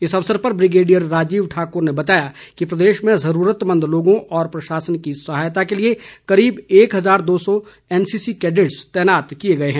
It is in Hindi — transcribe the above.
इस अवसर पर ब्रिगेडियर राजीव ठाकुर ने बताया कि प्रदेश में जरूरतमंद लोगों और प्रशासन की सहायता के लिए करीब एक हजार दो सौ एनसीसी कैडेटस तैनात किए गए हैं